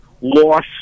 loss